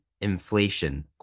inflation